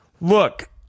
Look